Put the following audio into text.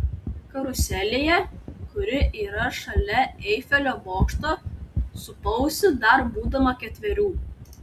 karuselėje kuri yra šalia eifelio bokšto supausi dar būdama ketverių